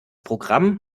programm